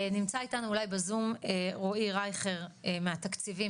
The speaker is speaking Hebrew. נמצא איתנו אולי בזום רועי רייכר מהתקציבים,